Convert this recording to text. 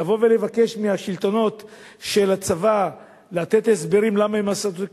לבוא ולבקש מהשלטונות של הצבא לתת הסברים למה הם עשו את זה,